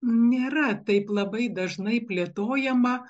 nėra taip labai dažnai plėtojama